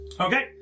Okay